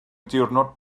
diwrnod